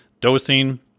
dosing